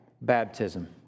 baptism